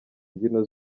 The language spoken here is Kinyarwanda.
mbyino